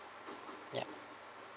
ya